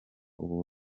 ubu